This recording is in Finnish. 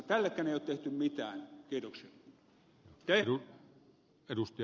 tällekään ei ole tehty mitään